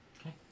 Okay